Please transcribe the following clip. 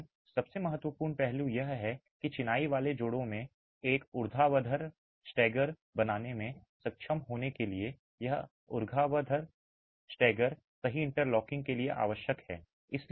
लेकिन सबसे महत्वपूर्ण पहलू यह है कि चिनाई वाले जोड़ों में एक ऊर्ध्वाधर स्टैगर बनाने में सक्षम होने के लिए और यह ऊर्ध्वाधर स्टैगर सही इंटरलॉकिंग के लिए आवश्यक है